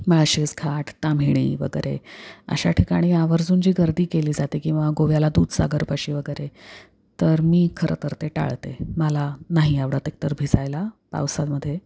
माळशेज घाट ताम्हिणी वगैरे अशा ठिकाणी आवर्जून जी गर्दी केली जाते किंवा गोव्याला दूधसागरपाशी वगैरे तर मी खरंतर ते टाळते मला नाही आवडत एक तर भिजायला पावसामध्ये